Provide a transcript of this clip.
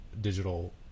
digital